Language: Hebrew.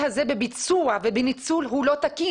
שהעיכוב הזה בביצוע ובניצול הוא לא תקין.